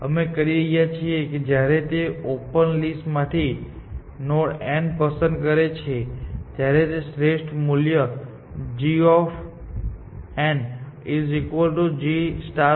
અમે કહી રહ્યા છીએ કે જ્યારે તે ઓપન લિસ્ટ માંથી નોડ n પસંદ કરે છે ત્યારે તે શ્રેષ્ઠ મૂલ્ય g g